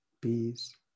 bees